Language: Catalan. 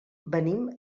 venim